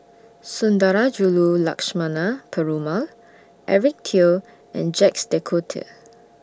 Sundarajulu Lakshmana Perumal Eric Teo and Jacques De Coutre